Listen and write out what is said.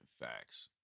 Facts